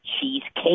Cheesecake